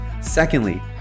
Secondly